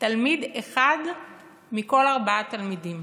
תלמיד אחד מכל ארבעה תלמידים,